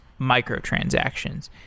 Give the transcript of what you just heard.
microtransactions